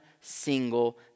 single